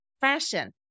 fashion